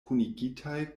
kunigitaj